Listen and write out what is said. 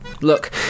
Look